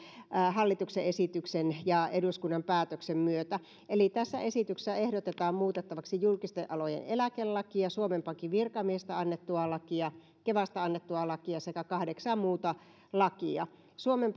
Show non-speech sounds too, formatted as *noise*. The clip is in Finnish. hallituksen esityksen ja eduskunnan päätöksen myötä eli tässä esityksessä ehdotetaan muutettavaksi julkisten alojen eläkelakia suomen pankin virkamiehistä annettua lakia kevasta annettua lakia sekä kahdeksaa muuta lakia suomen *unintelligible*